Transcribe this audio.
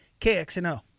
KXNO